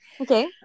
Okay